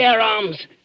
arms